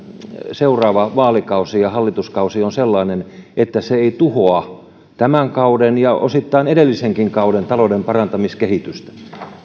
seuraava vaalikausi ja hallituskausi on sellainen että se ei tuhoa tämän kauden ja osittain edellisenkin kauden talouden parantamiskehitystä